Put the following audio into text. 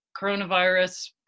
coronavirus